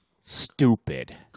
Stupid